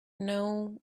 know